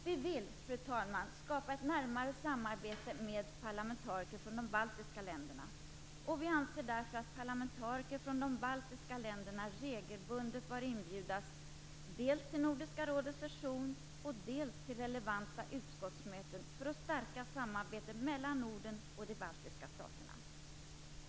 Vi vill, fru talman, skapa ett närmare samarbete med parlamentariker från de baltiska länderna, och vi anser därför att parlamentariker från de baltiska länderna regelbundet bör inbjudas dels till Nordiska rådets session, dels till relevanta utskottsmöten för att stärka samarbetet mellan Norden och de baltiska staterna.